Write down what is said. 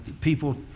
people